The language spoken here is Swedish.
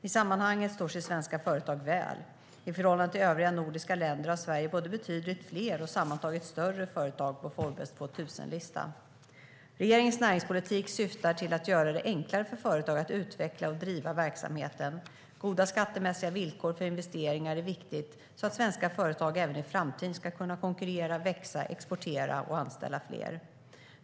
I sammanhanget står sig svenska företag väl. I förhållande till övriga nordiska länder har Sverige både betydligt fler och sammantaget större företag på Forbes 2000-listan. Regeringens näringspolitik syftar till att göra det enklare för företag att utveckla och driva verksamheten. Goda skattemässiga villkor för investeringar är viktigt så att svenska företag även i framtiden ska kunna konkurrera, växa, exportera och anställa fler.